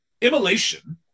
immolation